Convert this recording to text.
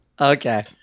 Okay